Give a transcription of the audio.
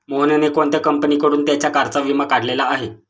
मोहनने कोणत्या कंपनीकडून त्याच्या कारचा विमा काढलेला आहे?